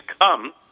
come